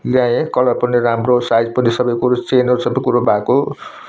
ल्याएँ कलर पनि राम्रो साइज पनि सबै कुरो चेनहरू सबै कुरो भएको